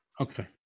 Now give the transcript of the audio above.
Okay